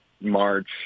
March